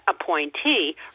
appointee